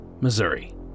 Missouri